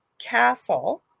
Castle